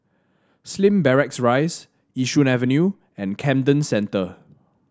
Slim Barracks Rise Yishun Avenue and Camden Centre